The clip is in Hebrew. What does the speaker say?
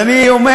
אז אני אומר,